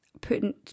putting